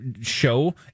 show